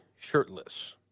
shirtless